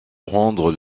prendre